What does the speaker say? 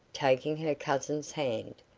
taking her cousin's hand.